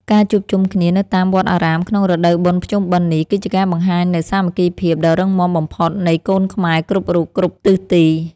ការជួបជុំគ្នានៅតាមវត្តអារាមក្នុងរដូវបុណ្យភ្ជុំបិណ្ឌនេះគឺជាការបង្ហាញនូវសាមគ្គីភាពដ៏រឹងមាំបំផុតនៃកូនខ្មែរគ្រប់រូបគ្រប់ទិសទី។